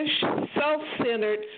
self-centered